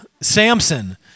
Samson